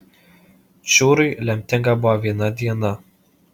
čiūrui lemtinga buvo viena diena